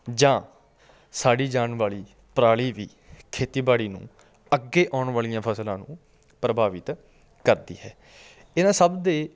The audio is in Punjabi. ਜਾਂ ਸਾੜੀ ਜਾਣ ਵਾਲੀ ਪਰਾਲੀ ਵੀ ਖੇਤੀਬਾੜੀ ਨੂੰ ਅੱਗੇ ਆਉਣ ਵਾਲੀਆਂ ਫਸਲਾਂ ਨੂੰ ਪ੍ਰਭਾਵਿਤ ਕਰਦੀ ਹੈ ਇਹਨਾਂ ਸਭ ਦੇ